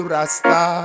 Rasta